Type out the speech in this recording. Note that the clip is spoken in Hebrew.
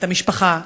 את המשפחה,